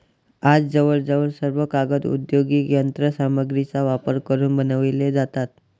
आज जवळजवळ सर्व कागद औद्योगिक यंत्र सामग्रीचा वापर करून बनवले जातात